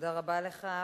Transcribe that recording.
תודה רבה לך,